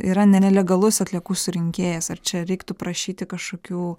yra nelegalus atliekų surinkėjas ar čia reiktų prašyti kažkokių